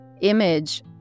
image